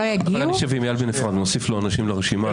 נשב עם איל בנפרד ונוסיף אנשים לרשימה.